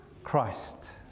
Christ